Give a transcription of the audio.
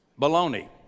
baloney